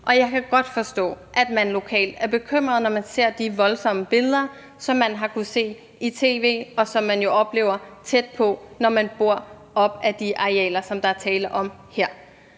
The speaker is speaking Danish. og jeg kan godt forstå, at man lokalt er bekymret, når man ser de voldsomme billeder, som man har kunnet se i tv, og som man jo oplever tæt på, når man bor op ad de arealer, som der er tale om her.